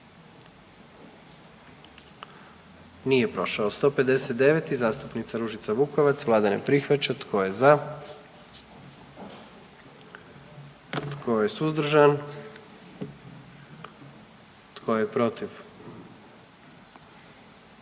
44. Kluba zastupnika SDP-a, vlada ne prihvaća. Tko je za? Tko je suzdržan? Tko je protiv?